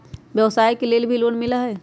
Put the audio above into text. व्यवसाय के लेल भी लोन मिलहई?